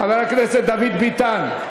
חבר הכנסת דוד ביטן,